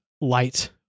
light